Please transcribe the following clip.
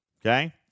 okay